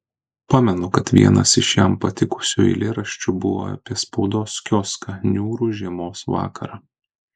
pamenu kad vienas iš jam patikusių eilėraščių buvo apie spaudos kioską niūrų žiemos vakarą